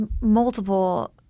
multiple